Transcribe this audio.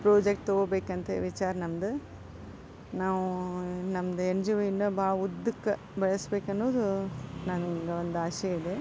project ತೊಗೋಬೇಕಂತ ವಿಚಾರ ನಮ್ಮದು ನಾವು ನಮ್ದು ಎನ್ ಜಿ ಒ ಇನ್ನು ಭಾಳ ಉದ್ದಕ್ಕೆ ಬೆಳೆಸಬೇಕನ್ನೋದು ನಂದೊಂದು ಆಸೆ ಇದೆ